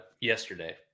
yesterday